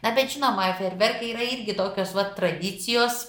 na bet žinoma fejerverkai yra irgi tokios vat tradicijos